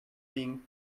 being